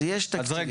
אז יש תקציבים.